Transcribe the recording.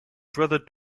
brother